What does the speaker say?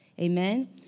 Amen